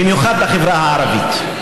במיוחד בחברה הערבית.